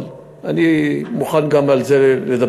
אבל אני מוכן גם על זה לדבר,